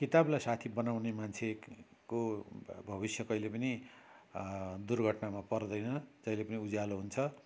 किताबलाई साथी बनाउने मान्छेको भविष्य कहिले पनि दुर्घटनामा पर्दैन जहिले पनि उज्यालो हुन्छ